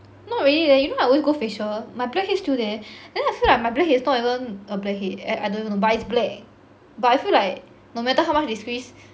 not really leh like you know I always go facial my blackhead still there then I feel like my blackhead is not even a blackhead eh I don't even know but it's black but I feel like no matter how much they squeeze